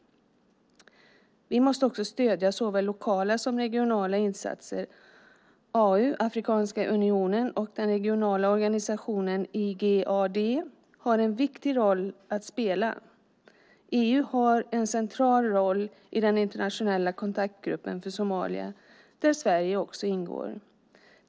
Vi måste också stödja såväl lokala som regionala insatser. AU, alltså Afrikanska unionen, och den regionala organisationen Igad har en viktig roll att spela. EU har en central roll i den internationella kontaktgruppen för Somalia där Sverige också ingår.